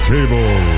Table